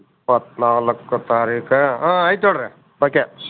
ಇಪ್ಪತ್ತ ನಾಲ್ಕು ತಾರೀಕಾ ಹ್ಞೂ ಆಯ್ತು ಹೇಳ್ ರೀ ಓಕೆ